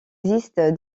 existe